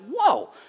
whoa